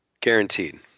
Guaranteed